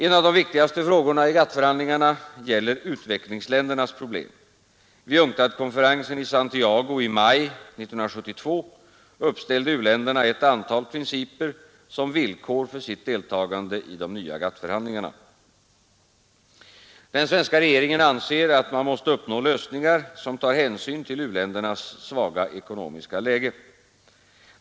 En av de viktigaste frågorna i GATT-förhandlingarna gäller utvecklingsländernas problem. Vid UNCTAD-konferensen i Santiago i maj 1972 uppställde u-länderna ett antal principer som villkor för sitt deltagande i de nya GATT-förhandlingarna. Den svenska regeringen anser att man måste uppnå lösningar som tar hänsyn till u-ländernas svaga ekonomiska läge.